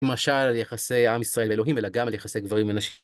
למשל, על יחסי עם ישראל ואלוהים, אלא גם על יחסי גברים ונשים.